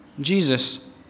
Jesus